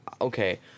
okay